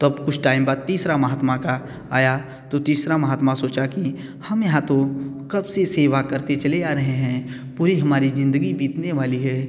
तब कुछ टाईम बाद तीसरा महात्मा का आया तो तीसरा महात्मा सोचा की हम यहाँ तो कब से सेवा करते चले आ रहे हैं पूरी हमारी ज़िंदगी बीतने वाली है